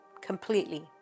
completely